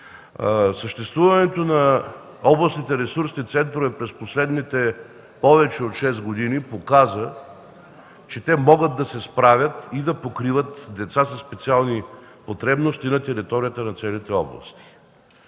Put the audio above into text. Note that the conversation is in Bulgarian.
Съществуването на областните ресурсни центрове през последните повече от шест години показа, че те могат да се справят и да покриват деца със специални потребности на територията на целите области.